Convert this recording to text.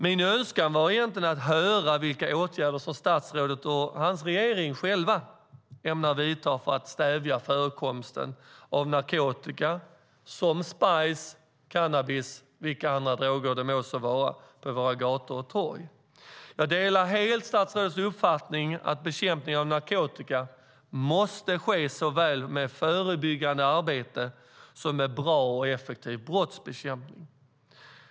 Min önskan var egentligen att höra vilka åtgärder som statsrådet och hans regering ämnar vidta för att stävja förekomsten av narkotika som spice, cannabis och andra droger på våra gator och torg. Jag delar helt statsrådets uppfattning att bekämpning av narkotika måste ske såväl med förebyggande arbete som med bra och effektiv brottsbekämpning.